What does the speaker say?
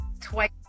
twice